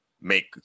make